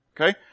Okay